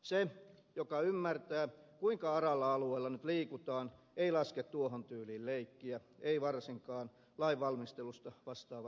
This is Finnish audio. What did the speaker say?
se joka ymmärtää kuinka aralla alueella nyt liikutaan ei laske tuohon tyyliin leikkiä ei varsinkaan lain valmistelusta vastaavana ministerinä